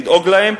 לדאוג להם,